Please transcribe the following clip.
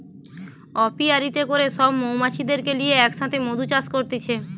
অপিয়ারীতে করে সব মৌমাছিদেরকে লিয়ে এক সাথে মধু চাষ করতিছে